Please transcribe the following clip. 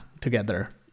together